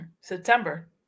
September